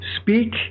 speak